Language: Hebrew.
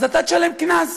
אז אתה תשלם קנס.